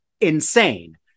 insane